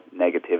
negativity